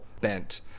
bent